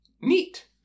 Neat